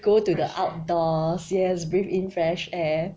go to the outdoor yes breathe in fresh air